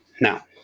now